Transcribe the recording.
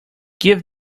give